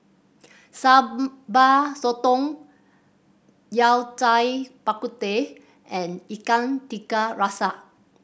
Sambal Sotong Yao Cai Bak Kut Teh and Ikan Tiga Rasa